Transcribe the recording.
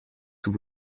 sous